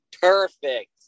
Perfect